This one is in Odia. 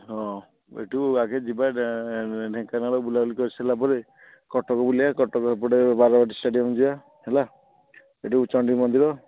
ହଁ ଏଠୁ ଆଗେ ଯିବା ଢେଙ୍କାନାଳ ବୁଲାବୁଲି କରିସାରିଲା ପରେ କଟକ ବୁଲିବା କଟକ ଏପଟେ ବାରବାଟୀ ଷ୍ଟାଡ଼ିୟମ୍ ଯିବା ହେଲା ଏଠୁ ଚଣ୍ଡୀମନ୍ଦିର